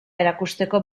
erakusteko